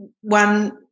one